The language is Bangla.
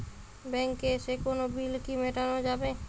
ব্যাংকে এসে কোনো বিল কি মেটানো যাবে?